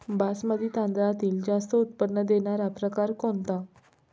बासमती तांदळातील जास्त उत्पन्न देणारा प्रकार कोणता?